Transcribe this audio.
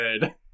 good